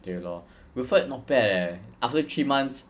对 lor wilfred not bad leh after three months